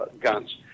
guns